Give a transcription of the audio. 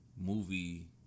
movie